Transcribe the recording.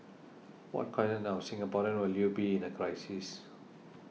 what kind of Singaporean will you be in a crisis